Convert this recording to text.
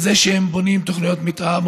על זה שהם בונים תוכנית מתאר,